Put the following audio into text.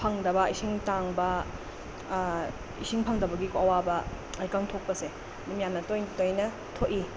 ꯐꯪꯗꯕ ꯏꯁꯤꯡ ꯇꯥꯡꯕ ꯏꯁꯤꯡ ꯐꯪꯗꯕꯒꯤꯀꯣ ꯑꯋꯥꯕ ꯂꯩꯀꯪ ꯊꯣꯛꯄꯁꯦ ꯑꯗꯨꯝ ꯌꯥꯝꯅ ꯇꯣꯏꯅ ꯇꯣꯏꯅ ꯊꯣꯛꯏ